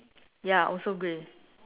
ya also grey